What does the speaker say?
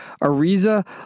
Ariza